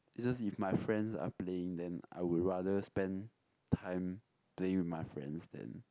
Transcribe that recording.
it's just if my friends are playing then I would rather spend time playing with my friends than